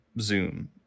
Zoom